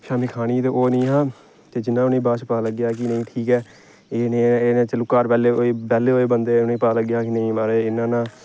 शाम्मी खानी ते ओह् नेईं हा ते जियां उ'नेंगी बाद पता लग्गेआ कि नेईं ठीक ऐ एह् इ'नें जैह्लू घर बेह्ले होए बंदे ते उ'नें गी पता लग्गेआ कि नेईं महाराज इ'यां इ'यां